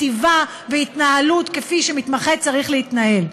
כתיבה והתנהלות כפי שמתמחה צריך להתנהל.